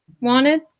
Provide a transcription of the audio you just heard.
wanted